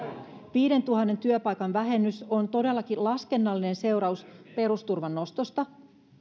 viidentuhannen työpaikan vähennys on todellakin laskennallinen seuraus perusturvan nostosta